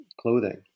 clothing